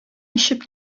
очып